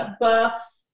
buff